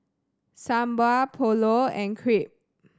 Sambar Pulao and Crepe